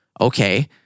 okay